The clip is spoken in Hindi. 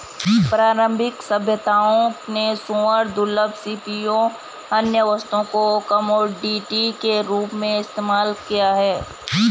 प्रारंभिक सभ्यताओं ने सूअरों, दुर्लभ सीपियों, अन्य वस्तुओं को कमोडिटी के रूप में इस्तेमाल किया